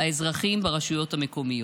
האזרחים ברשויות המקומיות.